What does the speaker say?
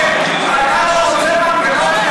בעוד חברות.